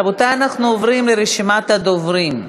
רבותי, אנחנו עוברים לרשימת הדוברים.